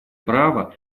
право